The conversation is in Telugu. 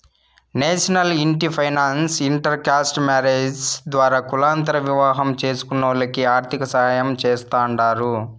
నేషనల్ ఇంటి ఫైనాన్స్ ఇంటర్ కాస్ట్ మారేజ్స్ ద్వారా కులాంతర వివాహం చేస్కునోల్లకి ఆర్థికసాయం చేస్తాండారు